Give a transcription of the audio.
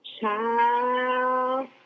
Child